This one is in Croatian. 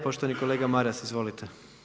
Poštovani kolega Maras, izvolite.